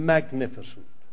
Magnificent